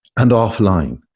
and offline.